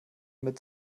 mit